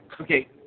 okay